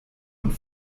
und